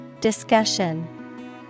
Discussion